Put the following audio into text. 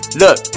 Look